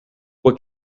what